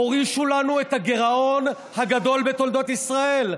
הורישו לנו את הגירעון הגדול בתולדות ישראל,